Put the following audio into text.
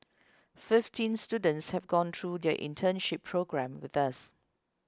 fifteen students have gone through their internship programme with us